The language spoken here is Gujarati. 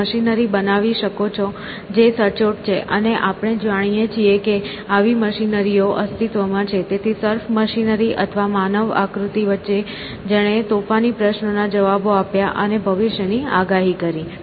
તમે મશીનરી બનાવી શકો છો જે સચોટ છે અને આપણે જાણીએ છીએ કે આવી મશીનરીઓ અસ્તિત્વમાં છે તેથી સર્ફ મશીનરી અને માનવ આકૃતિ વચ્ચે જેણે તોફાની પ્રશ્નોના જવાબો આપ્યા અને ભવિષ્યની આગાહી કરી